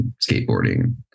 Skateboarding